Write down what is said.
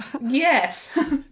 Yes